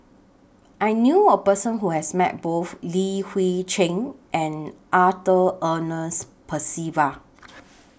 I knew A Person Who has Met Both Li Hui Cheng and Arthur Ernest Percival